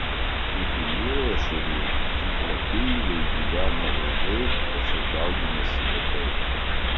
kaip ir jūrų ešeriai pjūklapilviai gyvena ilgai tačiau dauginasi lėtai